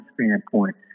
standpoint